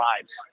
lives